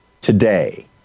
today